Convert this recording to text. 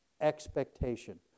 expectation